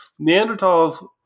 Neanderthals